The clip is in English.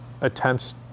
attempts